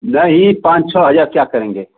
नहीं पाँच सौ हजार क्या करेंगे